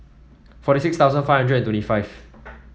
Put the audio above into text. forty six thousand five hundred and twenty five